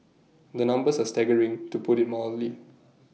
the numbers are staggering to put IT mildly